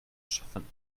schaffen